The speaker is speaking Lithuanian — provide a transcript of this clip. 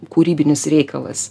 kūrybinis reikalas